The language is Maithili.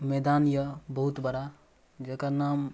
मैदान अइ बहुत बड़ा जकर नाम